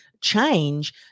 change